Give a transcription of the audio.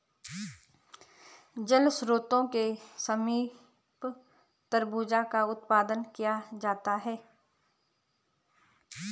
जल स्रोत के समीप तरबूजा का उत्पादन किया जाता है